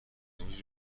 امروز